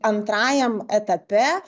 antrajam etape